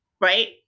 right